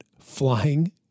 flying